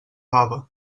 baba